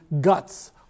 guts